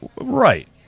Right